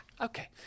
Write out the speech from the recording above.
okay